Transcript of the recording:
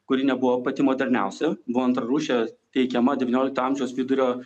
kuri nebuvo pati moderniausia buvo antrarūšė teikiama devyniolikto amžiaus vidurio